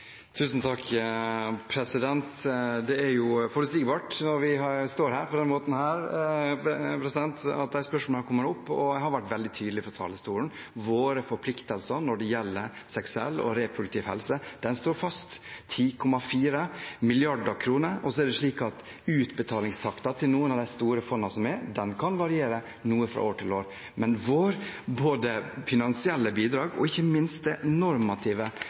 Det er jo forutsigbart, når vi står her på denne måten, at de spørsmålene kommer opp. Jeg har vært veldig tydelig fra talerstolen: Våre forpliktelser når det gjelder seksuell og reproduktiv helse, står fast – 10,4 mrd. kr. Så er det slik at utbetalingstakten til noen av de store fondene kan variere noe fra år til år. Med både vårt finansielle bidrag og ikke minst det normative